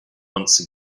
once